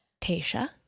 Tasha